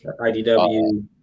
IDW